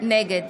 נגד